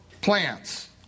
Plants